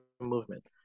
movement